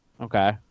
Okay